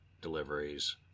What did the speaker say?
deliveries